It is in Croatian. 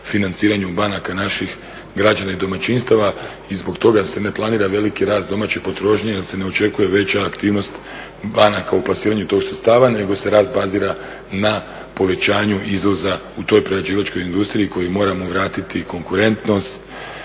financiranju banaka naših građana i domaćinstava. I zbog toga se ne planira veliki rast domaće potrošnje jer se ne očekuje veća aktivnost banaka u plasiranju tih sredstava nego se rast bazira na povećanju izvoza u toj prerađivačkoj industriji kojoj moramo vratiti konkurentnost,